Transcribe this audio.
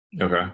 Okay